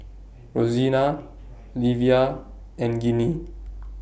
Rosena Livia and Ginny